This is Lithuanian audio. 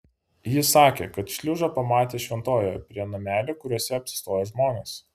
ji sakė kad šliužą pamatė šventojoje prie namelių kuriuose apsistoja žmonės